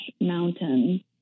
mountain